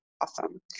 Awesome